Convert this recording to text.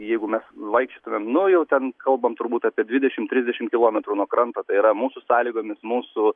jeigu mes vaikščiotumėm nu jau ten kalbam turbūt apie dvidešimt trisdešimt kilometrų nuo kranto tai yra mūsų sąlygomis mūsų